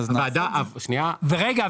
מה עם 2023?